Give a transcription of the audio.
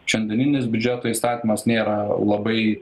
šiandieninis biudžeto įstatymas nėra labai